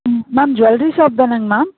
ம் ma'am jewellery shop தானேங்க ma'am